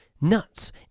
nuts